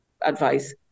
advice